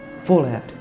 Fallout